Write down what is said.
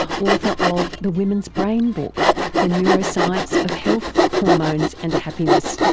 author of the women's brain book the neuroscience of health, hormones and happiness.